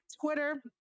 Twitter